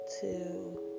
two